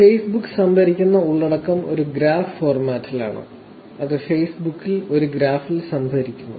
Facebook സംഭരിക്കുന്ന ഉള്ളടക്കം ഒരു ഗ്രാഫ് ഫോർമാറ്റിലാണ് അത് ഫേസ്ബുക്കിൽ ഒരു ഗ്രാഫിൽ സംഭരിക്കുന്നു